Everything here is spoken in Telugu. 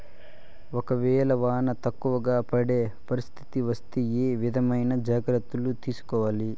ఒక వేళ వాన తక్కువ పడే పరిస్థితి వస్తే ఏ విధమైన జాగ్రత్తలు తీసుకోవాలి?